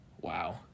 Wow